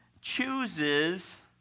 chooses